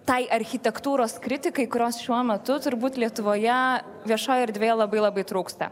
tai architektūros kritikai kurios šiuo metu turbūt lietuvoje viešoj erdvėj labai labai trūksta